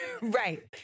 right